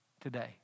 today